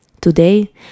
Today